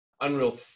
Unreal